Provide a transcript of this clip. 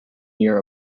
year